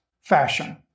fashion